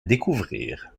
découvrir